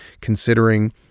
considering